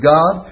God